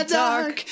dark